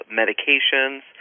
medications